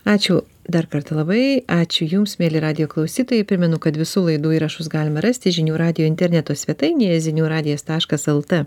ačiū dar kartą labai ačiū jums mieli radijo klausytojai primenu kad visų laidų įrašus galima rasti žinių radijo interneto svetainėje zinių radijas taškas lt